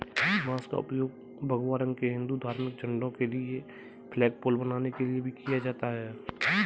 बांस का उपयोग भगवा रंग के हिंदू धार्मिक झंडों के लिए फ्लैगपोल बनाने के लिए भी किया जाता है